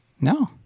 No